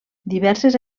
diverses